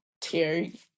Terry